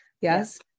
yes